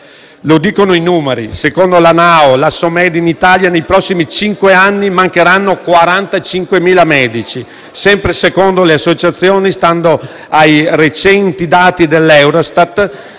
lo dicono i numeri. Secondo l'Anaao Assomed, in Italia nei prossimi cinque anni mancheranno 45.000 medici. Sempre secondo le associazioni, stando ai recenti dati dell'Eurostat,